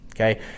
okay